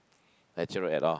natural at all